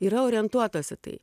yra orientuotos į tai